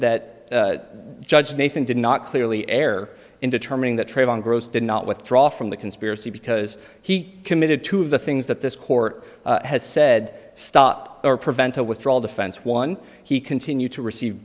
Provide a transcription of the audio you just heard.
that judge nathan did not clearly err in determining that trayvon gross did not withdraw from the conspiracy because he committed to the things that this court has said stop or prevent a withdraw all defense one he continued to receive